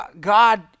God